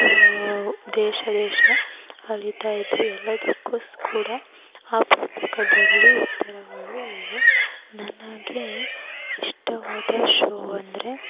ದೇಶ ದೇಶ ಅಲಿತಾಯಿದ್ರು ಎಲ್ಲದಕ್ಕೂ ಕೂಡ ಆ ಪುಸ್ತಕದಲ್ಲಿ ಉತ್ತರಗಳು ಇವೆ ನನಗೆ ಇಷ್ಟವಾದ ಶೋ ಅಂದರೆ